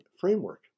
framework